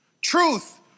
truth